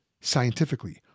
scientifically